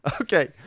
Okay